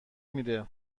میره